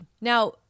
Now